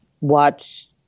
Watch